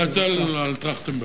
אני מתנצל על טרכטנברג.